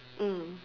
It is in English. mm